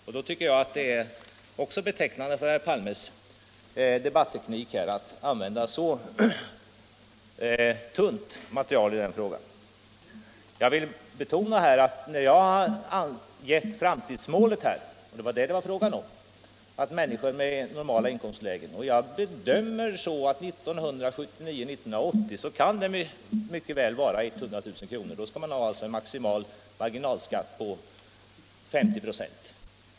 Jag tycker att det också är betecknande för herr Palmes debatteknik att använda så tunt material i denna fråga. Jag vill betona att när jag angett framtidsmålet — och det var vad det var fråga om — så har jag gjort bedömningen att normalinkomstläget 1979-1980 mycket väl kan vara 100 000 kr. Då skall man alltså ha en maximal marginalskatt på 50 96.